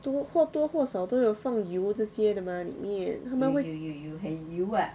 怎么样或多或少都有放油这些的 mah 里面他们